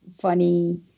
funny